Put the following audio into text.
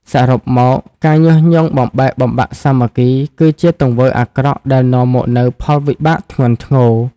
សរុបមក ការញុះញង់បំបែកបំបាក់សាមគ្គី គឺជាទង្វើអាក្រក់ដែលនាំមកនូវផលវិបាកធ្ងន់ធ្ងរ។